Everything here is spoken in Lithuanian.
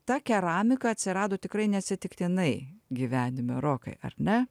ta keramika atsirado tikrai neatsitiktinai gyvenime rokai ar ne